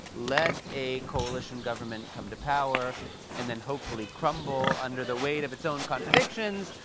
let a coalition government come to power and then hopefully crumble under the weight of its own contradictions,